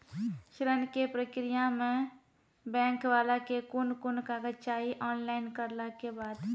ऋण के प्रक्रिया मे बैंक वाला के कुन कुन कागज चाही, ऑनलाइन करला के बाद?